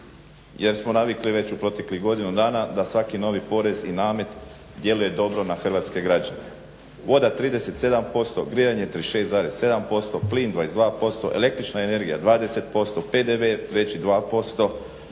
jer smo navikli već u proteklih godinu dana da svaki novi porez i namet djeluje dobro na hrvatske građane. Voda 37%, grijanje 36,7%, plin 22%, električna energija 20%, PDV je veći 2%,